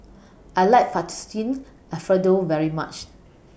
I like Fettuccine Alfredo very much